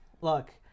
look